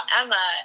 emma